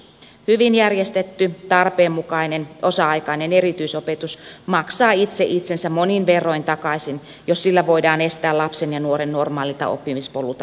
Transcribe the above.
hyvin järjestetty tarpeenmukainen osa aikainen erityisopetus maksaa itse itsensä monin verroin takaisin jos sillä voidaan estää lapsen ja nuoren normaalilta oppimispolulta putoaminen